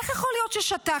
איך יכול להיות ששתקתם?